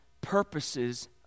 purposes